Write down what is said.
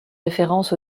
référence